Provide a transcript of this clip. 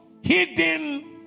hidden